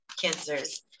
cancers